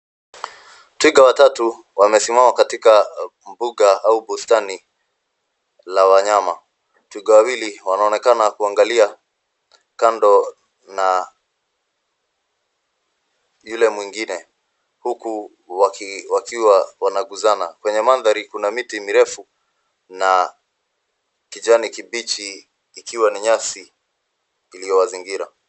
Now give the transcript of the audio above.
Twiga watatu wamesimama katika mbuga au bustani la wanyama. Twiga wawili wanaonekana kuangalia kando na yule mwingine huku wakiwa wameguzana. Kwenye mandhari kuna miti mirefu na kijani kibichi ikiwa ni nyasi zilizowazingira.